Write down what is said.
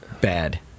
Bad